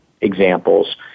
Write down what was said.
examples